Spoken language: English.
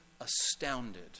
astounded